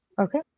Okay